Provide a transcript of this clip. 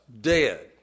dead